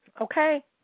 okay